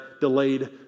delayed